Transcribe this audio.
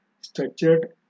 structured